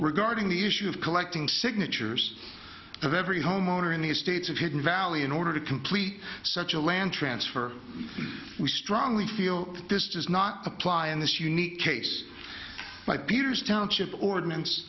regarding the issue of collecting signatures of every homeowner in the estates of hidden valley in order to complete such a land transfer we strongly feel this does not apply in this unique case by pierce township ordinance